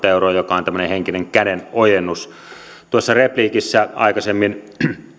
euroa joka on tämmöinen henkinen kädenojennus tuossa repliikissä aikaisemmin